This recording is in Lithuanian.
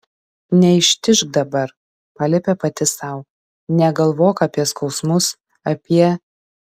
neištižk dabar paliepė pati sau negalvok apie skausmus apie